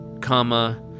comma